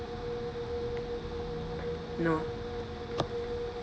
no